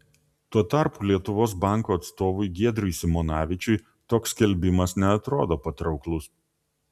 tuo tarpu lietuvos banko atstovui giedriui simonavičiui toks skelbimas neatrodo patrauklus